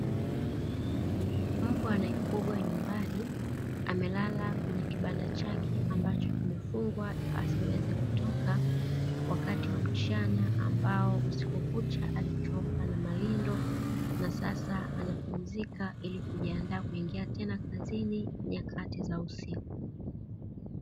Mbwa anayefugwa nyumbani amelala kwenye kibanda chake ambacho kimefungwa asiweze kutoka wakati wa mchana; ambao usiku kucha alitoka na malindo na sasa anapumzika ili kujiandaa kuingia tena kazini nyakati za usiku.